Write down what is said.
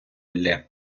ллє